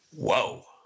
Whoa